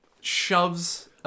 shoves